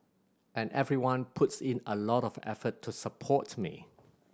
and everyone puts in a lot of effort to support me